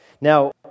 Now